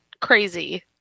Crazy